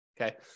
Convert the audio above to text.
Okay